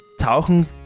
tauchen